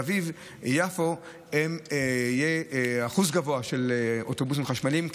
אביב-יפו יהיה אחוז גבוה של אוטובוסים חשמליים.